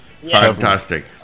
Fantastic